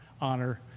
honor